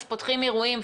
אז פותחים אירועים,